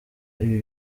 ibi